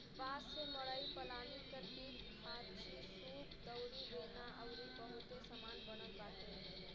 बांस से मड़ई पलानी के टाटीखांचीसूप दउरी बेना अउरी बहुते सामान बनत बाटे